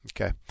Okay